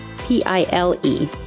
P-I-L-E